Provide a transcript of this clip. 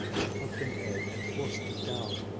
and she cooked an egg and forced it down,